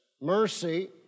mercy